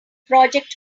project